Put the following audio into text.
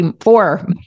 four